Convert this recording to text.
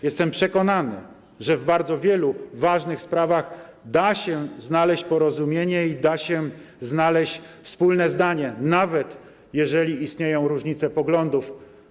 Jestem przekonany, że w bardzo wielu ważnych sprawach da się znaleźć porozumienie i da się znaleźć wspólne zdanie, nawet jeżeli istnieją różnice poglądów.